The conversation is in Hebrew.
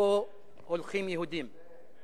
שבו הולכים יהודים.